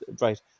right